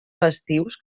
festius